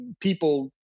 people